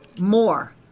more